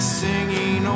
singing